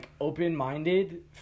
open-minded